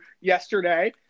yesterday